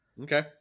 Okay